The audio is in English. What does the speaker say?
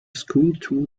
schooltool